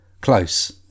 Close